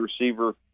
receiver